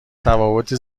تفاوت